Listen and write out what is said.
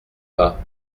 pas